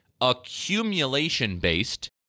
accumulation-based